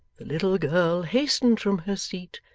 the little girl hastened from her seat,